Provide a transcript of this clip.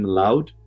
loud